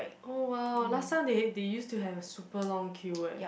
oh !wow! last time they they used to have super long queue leh